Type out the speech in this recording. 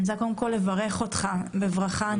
ואני רוצה לברך אותך בברכה ענקית,